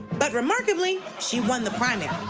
but remarkably, she won the primary.